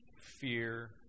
fear